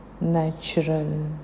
Natural